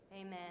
Amen